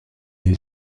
est